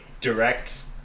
direct